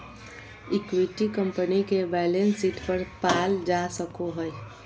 equity company के balance sheet पर पाल जा सको हइ